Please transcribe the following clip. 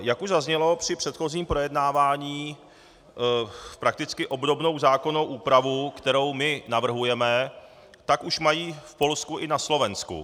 Jak už zaznělo při předchozím projednávání, prakticky obdobnou zákonnou úpravu, kterou my navrhujeme, už mají v Polsku i na Slovensku.